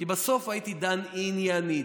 כי בסוף הייתי דן עניינית.